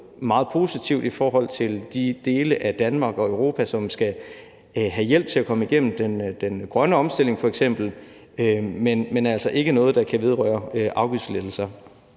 meget positivt i forhold til de dele af Danmark og Europa, som f.eks. skal have hjælp til at komme igennem den grønne omstilling, men det er altså ikke noget, der kan vedrøre afgiftslettelser.